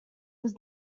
was